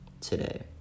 today